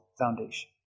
foundation